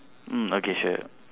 mm okay sure